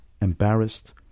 embarrassed